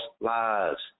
lives